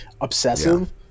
obsessive